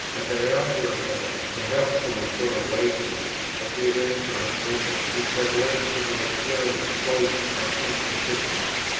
as i ought to have done, perhaps from a sort of laziness i gave answers at random, which have led to my appearing close or inconsistent.